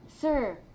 Sir